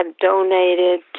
donated